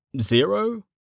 zero